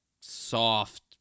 soft